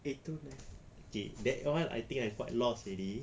A two nine five okay that [one] I think I quite lost already